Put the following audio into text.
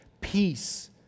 peace